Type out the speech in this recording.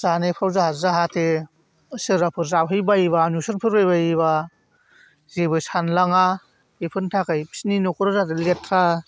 जानायफ्राव जोंहा जाहाथे सोरबाफोर जाफैबायोबा नुसनफैबायबायोबा जेबो सानलाङा बेफोरनि थाखाय बिसोरनि न'खरा जाहाथे लेथ्रा